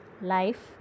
life